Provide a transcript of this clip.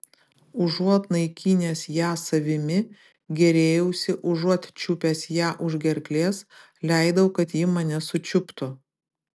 užuot naikinęs ją savimi gėrėjausi užuot čiupęs ją už gerklės leidau kad ji mane sučiuptų